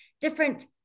different